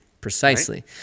Precisely